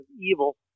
evil